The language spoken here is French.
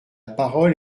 parole